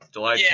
July